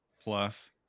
plus